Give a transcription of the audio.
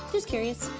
just curious.